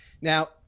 Now